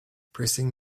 pressing